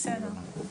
בסדר.